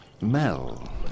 Mel